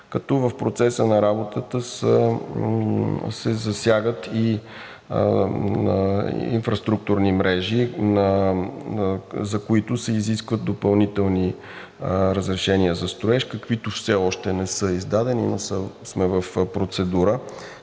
г. В процеса на работата се засягат и инфраструктурни мрежи, за които се изискват допълнителни разрешения за строеж, каквито все още не са издадени, но сме в процедура,